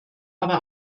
aber